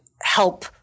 help